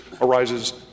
arises